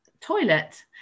toilet